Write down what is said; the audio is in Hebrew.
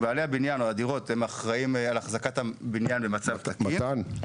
בעלי הדירות אחראים על החזקת הבניין במצב תקין --- מתן,